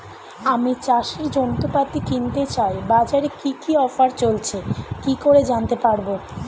আমি চাষের যন্ত্রপাতি কিনতে চাই বাজারে কি কি অফার চলছে কি করে জানতে পারবো?